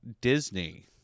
Disney